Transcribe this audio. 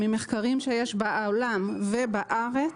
ממחקרים שיש בעולם ובארץ,